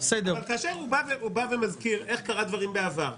אבל כאשר הוא בא ומזכיר איך קרו דברים בעבר,